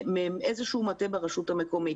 מאיזשהו מטה ברשות המקומית.